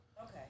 Okay